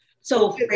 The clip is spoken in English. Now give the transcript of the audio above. So-